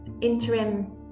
interim